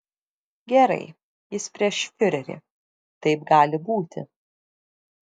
gerai jis prieš fiurerį taip gali būti